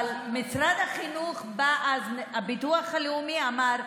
אבל הביטוח הלאומי אמר אז: